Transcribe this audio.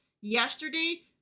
yesterday